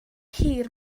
hir